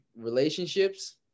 relationships